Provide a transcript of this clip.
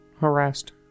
Harassed